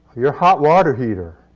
your hot water heater